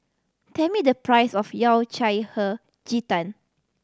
tell me the price of Yao Cai Hei Ji Tang